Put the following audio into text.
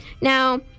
Now